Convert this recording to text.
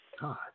God